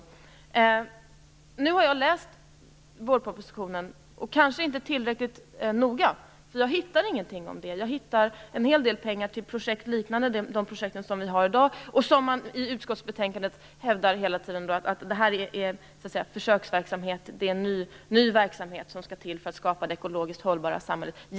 Jag har läst vårpropositionen, men kanske inte tillräckligt noga, för jag hittar ingenting om miljösanering. Det finns en hel del pengar till projekt liknande de projekt som finns i dag och som man i utskottsbetänkandet hävdar är försöksverksamhet och ny verksamhet som man tar till för att skapa det ekologiska samhället.